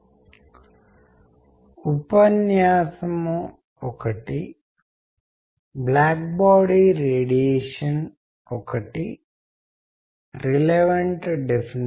ఈరోజు మనము మన కోర్సు యొక్క మొదటి ప్రసంగంతో ప్రారంభిస్తున్నాము సాఫ్ట్ స్కిల్స్ అభివృద్ధి మరియు మనము కమ్యూనికేటివ్ వాతావరణాన్ని అర్థం చేసుకోవడంపై దృష్టి పెడతాము